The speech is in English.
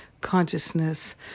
consciousness